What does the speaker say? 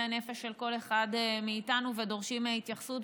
הנפש של כל אחד מאיתנו ודורשים התייחסות,